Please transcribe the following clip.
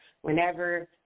whenever